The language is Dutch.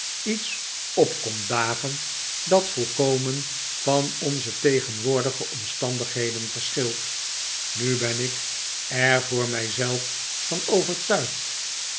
iets op komt dagen dat volkomen van onze tegenwoordige omstandigheden verschilt nu ben ik er voor mij zelf van overtuigd